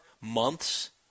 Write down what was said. months